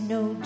no